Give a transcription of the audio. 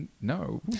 no